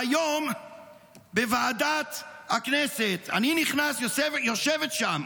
והיום בוועדת הכנסת אני נכנס, יושבת שם